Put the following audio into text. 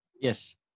Yes